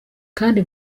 kandi